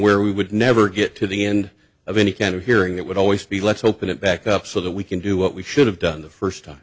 where we would never get to the end of any kind of hearing that would always be let's open it back up so that we can do what we should have done the first time